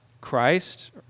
Christ